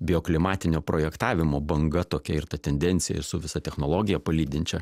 bioklimatinio projektavimo banga tokia ir ta tendencija su visa technologija palydinčia